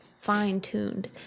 fine-tuned